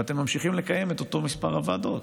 ואתם ממשיכים לקיים את אותו מספר ועדות.